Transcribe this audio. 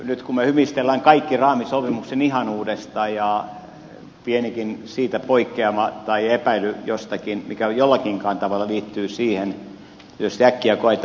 nyt kun me kaikki hymistelemme raamisopimuksen ihanuudesta pienikin poikkeama siitä tai epäily jostakin mikä jollakin tavalla liittyy siihen tietysti äkkiä koetaan pahasta